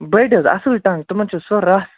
بٔڑۍ حظ اصل ٹنگ تِمن چھُ سُہ رَس